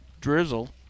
drizzle